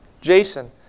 Jason